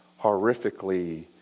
horrifically